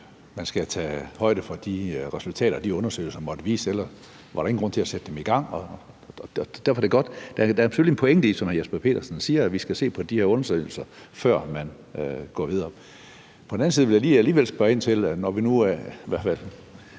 man skal tage højde for de resultater, de undersøgelser måtte vise, ellers var der ingen grund til at sætte dem i gang. Derfor er det godt. Der er selvfølgelig en pointe i, som hr. Jesper Petersen siger, at vi skal se på de her undersøgelser, før man går videre. På den anden side vil jeg alligevel spørge ind til noget, når vi nu –